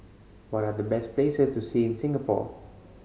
what are the best places to see in Singapore